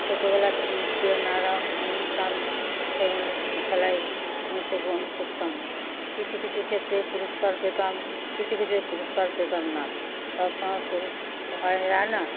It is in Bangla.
ছোটবেলা থেকে স্কুলে নানারকম অনুষ্ঠান সেগুলো খেলায় অংশগ্রহণ করতাম কিছু কিছু ক্ষেত্রে পুরস্কার পেতাম কিছু কিছুতে পুরস্কার পেতাম না সবসময় পুরো হয় না না